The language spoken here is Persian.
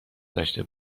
داشته